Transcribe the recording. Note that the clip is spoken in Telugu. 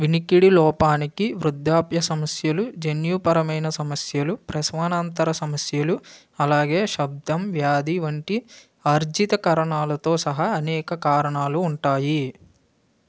వినికిడి లోపానికి వృద్ధాప్య సమస్యలు జన్యుపరమైన సమస్యలు ప్రసవానంతర సమస్యలు అలాగే శబ్దం వ్యాధి వంటి ఆర్జిత కారణాలతో సహా అనేక కారణాలు ఉంటాయి